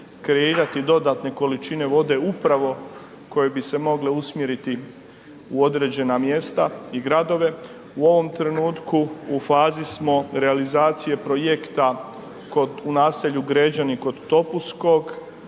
kreirati dodatne količine vode upravo koje bi se mogle usmjeriti na određena mjesta i gradove, u ovom trenutku u fazi smo realizacije projekta u naselju Gređani kod Topuskog